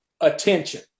attention